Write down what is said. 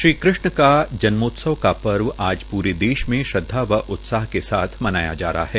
श्री कृष्ण का जन्मोत्सव का पर्व आज प्रे देश मे श्रद्वा व उत्साह के साथ मनाया जा रहा है